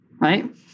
right